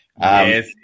Yes